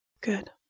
Good